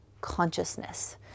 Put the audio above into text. consciousness